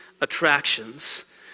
attractions